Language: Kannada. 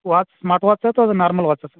ವಾಚ್ ಸ್ಮಾರ್ಟ್ ವಾಚಾ ಅಥ್ವಾ ಅದು ನಾರ್ಮಲ್ ವಾಚಾ ಸರ್